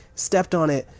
stepped on it.